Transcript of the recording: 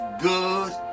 good